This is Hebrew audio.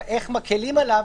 איך מקלים עליו.